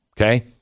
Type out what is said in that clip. Okay